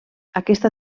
aquesta